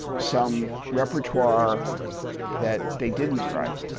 some repertoire that they didn't write.